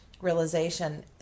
realization